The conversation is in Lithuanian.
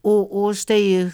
o o štai